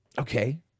Okay